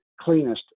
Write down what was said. cleanest